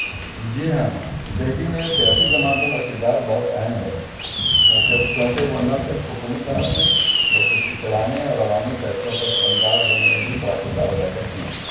جی ہاں دہلی میں سیاسی جماعتوں کا کردار بہت اہم ہے کیونکہ وہ نہ صرف حکومت بناتی ہے بلکہ اس کے چلانے اور عوامی فیصلوں پر اثر انداز ہونے میں بھی بڑا کردار ادا کرتی ہیں